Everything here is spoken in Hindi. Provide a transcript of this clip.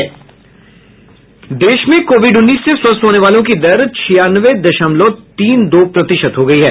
देश में कोविड उन्नीस से स्वस्थ होने वालों की दर छियानवे दशमलव तीन दो प्रतिशत हो गई है